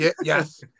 Yes